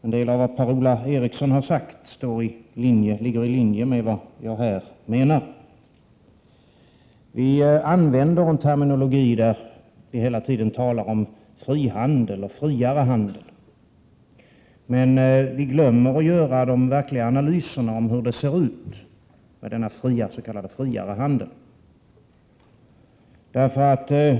En del av vad Per-Ola Eriksson sagt ligger i linje med vad jag här menar. Man använder en terminologi där man hela tiden talar om frihandel och Prot. 1987/88:114 friare handel, men man glömmer att göra de verkliga analyserna av hur det 4 maj 1988 ser ut med denna s.k. friare handel.